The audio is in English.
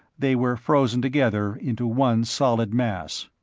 they were frozen together into one solid mass.